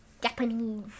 Japanese